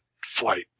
flight